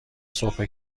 صحبت